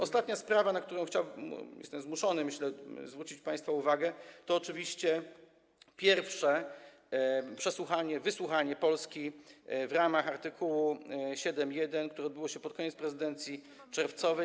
Ostatnia sprawa, na którą chciałbym, jestem zmuszony, myślę, zwrócić państwa uwagę, to oczywiście pierwsze przesłuchanie, wysłuchanie Polski w ramach art. 7.1, które odbyło się pod koniec prezydencji, w czerwcu.